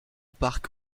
parc